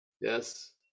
Yes